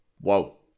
whoa